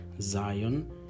Zion